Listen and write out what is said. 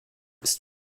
ist